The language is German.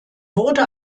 wurde